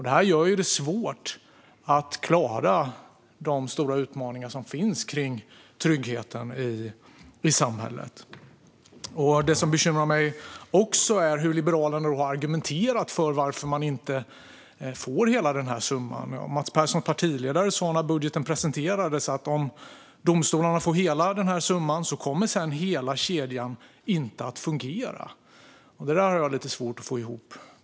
Det gör det svårt att klara de stora utmaningar som finns kring tryggheten i samhället. Det som också bekymrar mig är hur Liberalerna har argumenterat för att domstolarna inte ska få hela denna summa. Mats Perssons partiledare sa när budgeten presenterades att om domstolarna skulle få hela summan skulle hela kedjan inte fungera. Det har jag lite svårt att få ihop.